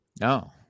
No